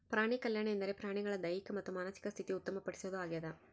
ಪ್ರಾಣಿಕಲ್ಯಾಣ ಎಂದರೆ ಪ್ರಾಣಿಗಳ ದೈಹಿಕ ಮತ್ತು ಮಾನಸಿಕ ಸ್ಥಿತಿ ಉತ್ತಮ ಪಡಿಸೋದು ಆಗ್ಯದ